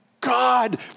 God